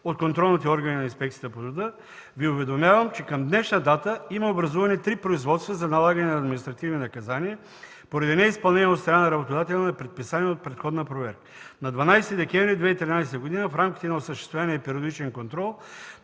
от контролните органи на Инспекцията по труда, Ви уведомявам, че към днешна дата има образувани три производства за налагане на административни наказания поради неизпълнение от страна на работодателя на предписания от предходна проверка. На 12 декември 2013 г. в рамките на осъществения периодичен контрол